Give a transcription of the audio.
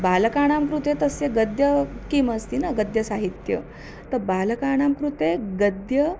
बालकानां कृते तस्य गद्यं किमस्ति न गद्यसाहित्यं तत् बालकानां कृते गद्यं